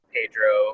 Pedro